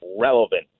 relevant